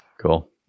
Cool